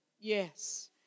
Yes